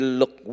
look